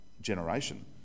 generation